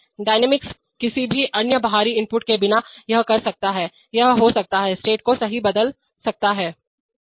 dynamics किसी भी अन्य बाहरी इनपुट के बिना यह कर सकता है यह हो सकता हैस्टेट को सही बदल सकता है